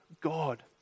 God